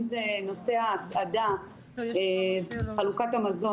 אם זה נושא חלוקת המזון